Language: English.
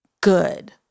good